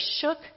shook